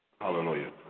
Hallelujah